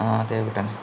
ആ അതെ വീടന്നെ